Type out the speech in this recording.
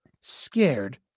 scared